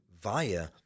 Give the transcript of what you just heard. via